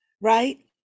right